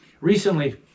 Recently